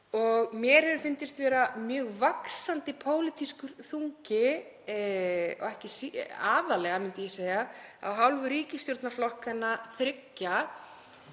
Mér hefur fundist vera mjög vaxandi pólitískur þungi, aðallega, myndi ég segja, af hálfu ríkisstjórnarflokkanna þriggja,